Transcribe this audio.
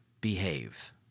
behave